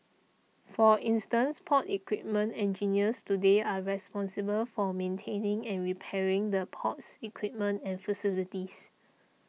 for instance port equipment engineers today are responsible for maintaining and repairing the port's equipment and facilities